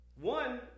One